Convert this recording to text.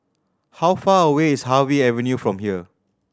how far away is Harvey Avenue from here